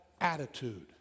attitude